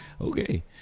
Okay